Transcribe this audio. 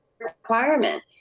requirement